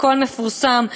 הכול מפורסם.